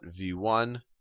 v1